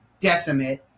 decimate